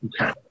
okay